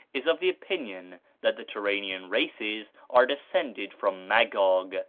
is of the opinion that the turanian races are descended from magog,